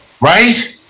Right